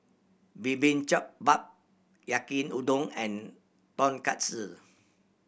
bap Yaki Udon and Tonkatsu